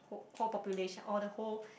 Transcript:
who~ whole population or the whole